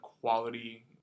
quality